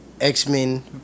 X-Men